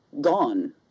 gone